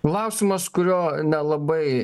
klausimas kurio nelabai